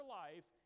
life